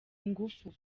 ingufu